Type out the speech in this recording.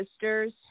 sisters